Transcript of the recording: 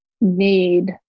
need